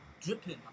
dripping